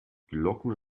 glocken